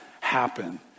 happen